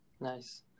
Nice